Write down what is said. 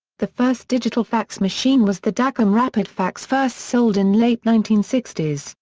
the first digital fax machine was the dacom rapidfax first sold in late nineteen sixty s,